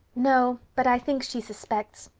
no but i think she suspects.